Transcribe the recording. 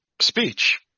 speech